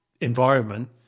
environment